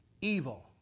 evil